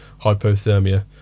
hypothermia